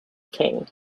king